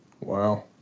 wow